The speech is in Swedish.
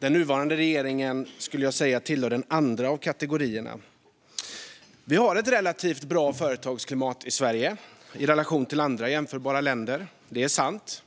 Den nuvarande regeringen tillhör den andra av kategorierna. Vi har ett relativt bra företagsklimat i Sverige i relation till andra jämförbara länder. Det är sant.